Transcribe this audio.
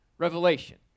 Revelation